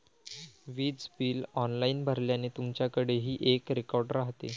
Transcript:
वीज bill online भरल्याने, तुमच्याकडेही एक रेकॉर्ड राहते